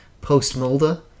post-Mulder